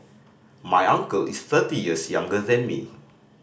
my uncle is thirty years younger than me